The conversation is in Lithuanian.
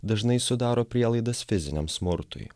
dažnai sudaro prielaidas fiziniam smurtui